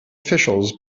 officials